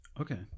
Okay